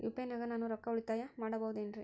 UPI ನಾಗ ನಾನು ರೊಕ್ಕ ಉಳಿತಾಯ ಮಾಡಬಹುದೇನ್ರಿ?